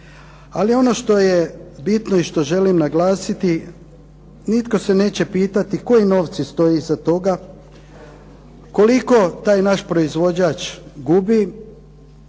ali ono što je bitno i što želim naglasiti nitko se neće pitati koji novci stoje iza toga, koliko naš taj proizvođač gubi